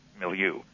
milieu